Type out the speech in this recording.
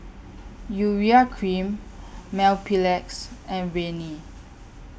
Urea Cream Mepilex and Rene